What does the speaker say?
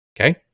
Okay